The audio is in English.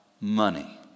money